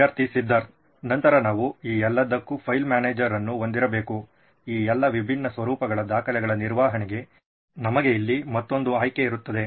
ವಿದ್ಯಾರ್ಥಿ ಸಿದ್ಧಾರ್ಥ್ ನಂತರ ನಾವು ಈ ಎಲ್ಲದಕ್ಕೂ ಫೈಲ್ ಮ್ಯಾನೇಜರ್ ಅನ್ನು ಹೊಂದಿರಬೇಕು ಈ ಎಲ್ಲಾ ವಿಭಿನ್ನ ಸ್ವರೂಪಗಳ ದಾಖಲೆಗಳ ನಿರ್ವಹಣೆಗೆ ನಮಗೆ ಇಲ್ಲಿ ಮತ್ತೊಂದು ಆಯ್ಕೆ ಇರುತ್ತದೆ